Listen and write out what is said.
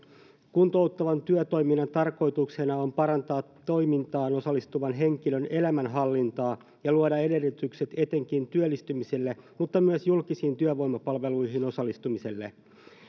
kuntouttavan työtoiminnan tarkoituksena on parantaa toimintaan osallistuvan henkilön elämänhallintaa ja luoda edellytykset etenkin työllistymiselle mutta myös julkisiin työvoimapalveluihin osallistumiselle